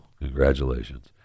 Congratulations